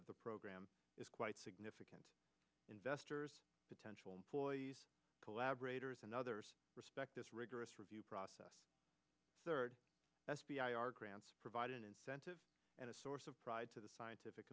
of the program is quite significant investors potential employees collaborators and others respect this rigorous review process third s v r grants provide an incentive and a source of pride to the scientific